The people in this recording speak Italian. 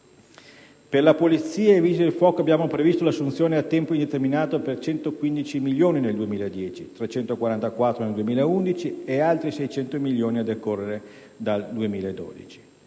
Per la Polizia e i Vigili del fuoco abbiamo previsto fondi per assunzioni a tempo indeterminato per 115 milioni nel 2010, per 344 milioni nel 2011 e per altri 600 milioni a decorrere dal 2012.